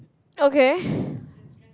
okay